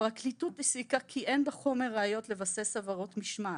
"הפרקליטות הסיקה כי אין בחומר ראיות לבסס עבירות משמעת.